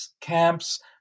camps